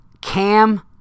Cam